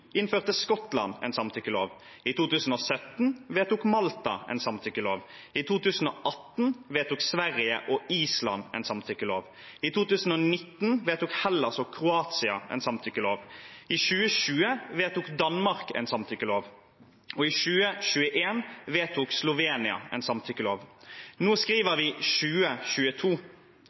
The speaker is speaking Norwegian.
innførte Skottland en samtykkelov, i 2017 vedtok Malta en samtykkelov, i 2018 vedtok Sverige og Island en samtykkelov, i 2019 vedtok Hellas og Kroatia en samtykkelov, i 2020 vedtok Danmark en samtykkelov, og i 2021 vedtok Slovenia en samtykkelov. Nå skriver vi 2022.